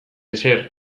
ezer